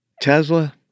Tesla